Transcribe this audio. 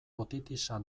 otitisa